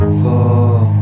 Fall